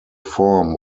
form